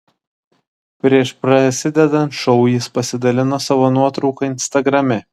prieš prasidedant šou jis pasidalino savo nuotrauka instagrame